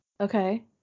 okay